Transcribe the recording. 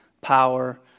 power